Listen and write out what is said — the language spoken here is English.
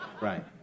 right